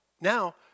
now